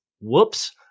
whoops